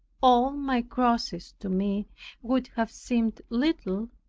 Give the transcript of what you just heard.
all my crosses to me would have seemed little,